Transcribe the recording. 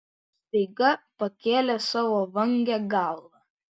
staiga pakėlė savo vangią galvą